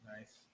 Nice